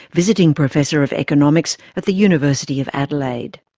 visiting professor of economics at the university of adelaide.